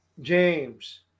James